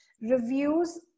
Reviews